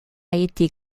été